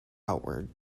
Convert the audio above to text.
outward